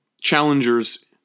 challengers